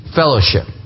fellowship